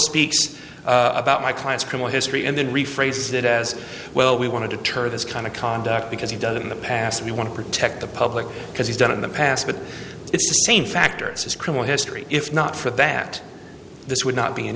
speaks about my client's criminal history and then rephrase that as well we want to deter this kind of conduct because he does in the past we want to protect the public because he's done it in the past but it's the same factors his criminal history if not for that this would not be an